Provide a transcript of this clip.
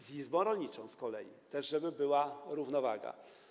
Z izbą rolniczą z kolei, żeby była równowaga.